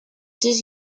test